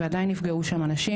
ועדיין נפגעו שם אנשים.